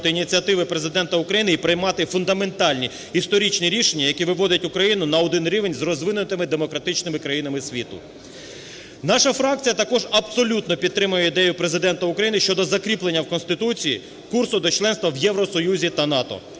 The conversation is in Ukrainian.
ініціативи Президента України і приймати фундаментальні історичні рішення, які виводять Україну на один рівень з розвинутими демократичними країнами світу. Наша фракція також абсолютно підтримує ідею Президента України щодо закріплення в Конституції курсу до членства в Євросоюзі та НАТО.